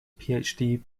phd